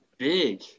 Big